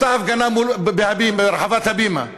אותה הפגנה ברחבת "הבימה",